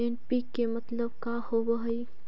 NPK मतलब का होव हइ?